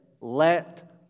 let